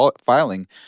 filing